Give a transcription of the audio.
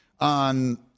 on